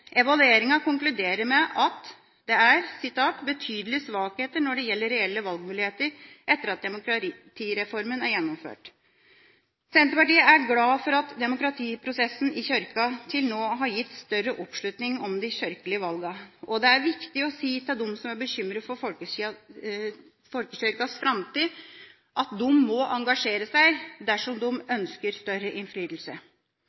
Evalueringa konkluderer med at det er «betydelige svakheter når det gjelder velgernes reelle valgmuligheter etter at demokratireformen er gjennomført». Senterpartiet er glad for at demokratiprosessen i Kirka til nå har gitt større oppslutning om de kirkelige valgene. Og det er viktig å si til dem som er bekymret for folkekirkas framtid, at de må engasjere seg dersom